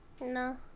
No